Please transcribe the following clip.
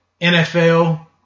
NFL